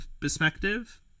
perspective